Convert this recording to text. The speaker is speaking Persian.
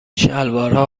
شلوارها